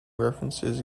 references